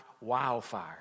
wildfire